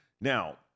Now